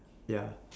ya